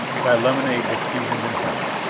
thy lemonade was seasoned in hell!